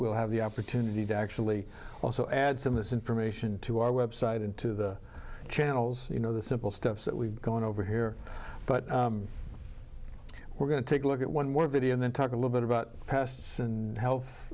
we'll have the opportunity to actually also add some of this information to our website and to the channels you know the simple stuff that we've gone over here but we're going to take a look at one one video and then talk a little bit about pests and health